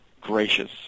gracious